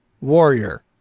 Warrior